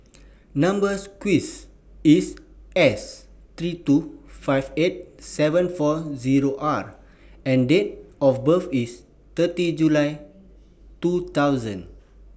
Number sequence IS S three two five eight seven four Zero R and Date of birth IS thirty July two thousand